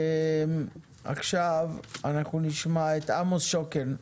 נשמע את עמוס שוקן,